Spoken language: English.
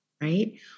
right